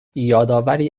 یادآوری